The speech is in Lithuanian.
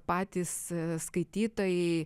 patys skaitytojai